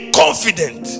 confident